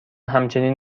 همچنین